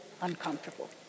uncomfortable